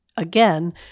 Again